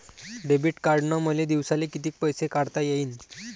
Debit कार्डनं मले दिवसाले कितीक पैसे काढता येईन?